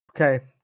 Okay